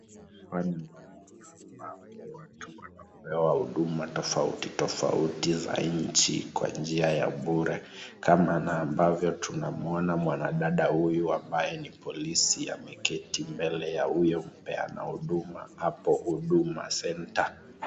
Hapa ni mahali ambapo watu wanapewa huduma tofautitofauti za nchi kwa njia ya bure. Kama ambavyo tunamwona mwanadada huyu ambaye ni polisi ameketi mbele ya mpeana huduma hapo huduma centre .